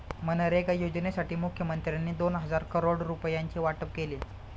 मनरेगा योजनेसाठी मुखमंत्र्यांनी दोन हजार करोड रुपयांचे वाटप केले